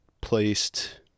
placed